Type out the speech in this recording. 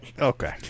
okay